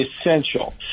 essential